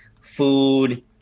food